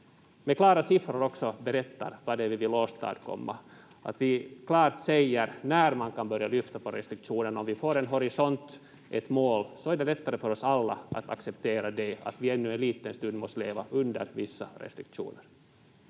med klara siffror också berättar vad det är vi vill åstadkomma, att vi klart säger när man kan börja lyfta på restriktionerna. Om vi får en horisont, ett mål så är det lättare för oss alla att acceptera det att vi ännu en liten stund måste leva under vissa restriktioner.